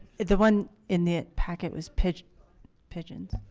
the one in the packet was pitched pigeons